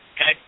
okay